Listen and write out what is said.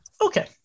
Okay